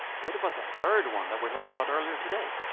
what about the third one that we heard about earlier today?